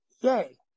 Yay